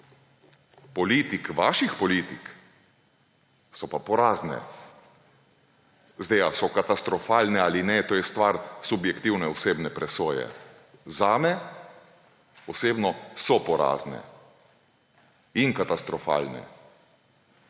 številke vaših politik so pa porazne. Ali so katastrofalne ali ne, to je stvar subjektivne osebne presoje. Zame osebno so porazne in katastrofalne.